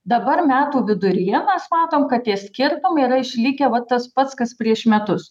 dabar metų viduryje mes matom kad tie skirtumai yra išlikę va tas pats kas prieš metus